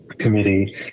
Committee